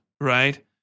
right